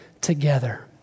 together